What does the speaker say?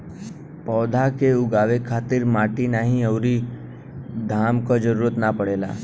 पौधा के उगावे खातिर माटी पानी अउरी घाम क जरुरत ना पड़ेला